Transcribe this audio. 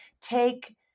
take